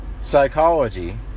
Psychology